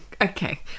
Okay